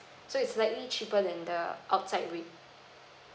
so is slightly cheaper than the outside rate